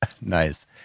Nice